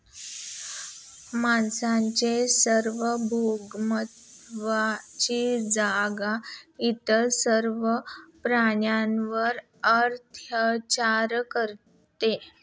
माणसाच्या सार्वभौमत्वाचे जग इतर सर्व प्राण्यांवर अत्याचार करते